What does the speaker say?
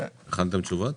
הכנתם תשובות?